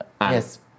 yes